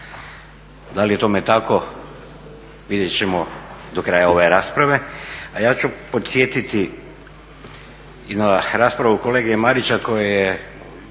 Da li je tome tako, vidjet ćemo do kraja ove rasprave. A ja ću podsjetiti na raspravu kolege Marića koji je